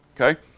Okay